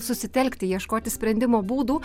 susitelkti ieškoti sprendimo būdų